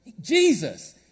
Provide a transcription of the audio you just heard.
Jesus